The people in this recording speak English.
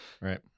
right